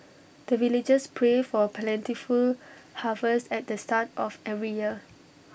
the villagers pray for plentiful harvest at the start of every year